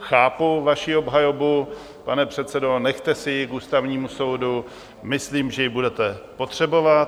Chápu vaši obhajobu, pane předsedo, nechte si ji k Ústavnímu soudu, myslím, že ji budete potřebovat.